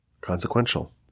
consequential